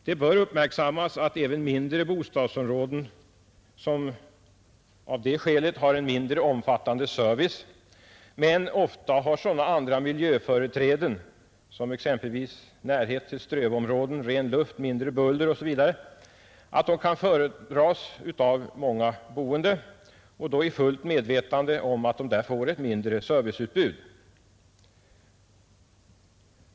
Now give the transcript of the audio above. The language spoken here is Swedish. Det bör uppmärksammas att även mindre bostadsområden som av det skälet har en mindre omfattande service i stället ofta har sådana andra miljöföreträden som t.ex. närheten till strövområden, ren luft, mindre buller osv., att de kan föredras av många boende och då i fullt medvetande om att de där får ett mindre serviceutbud.